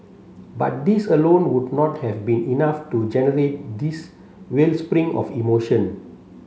but these alone would not have been enough to generate this wellspring of emotion